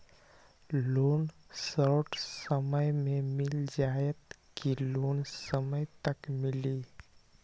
Loan short समय मे मिल जाएत कि लोन समय तक मिली?